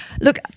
Look